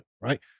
right